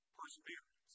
perseverance